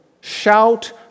shout